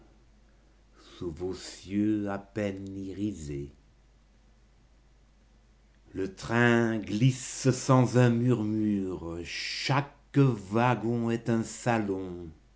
à peine irisés le train glisse sans un murmure chaque wagon est un salon